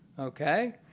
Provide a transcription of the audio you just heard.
okay?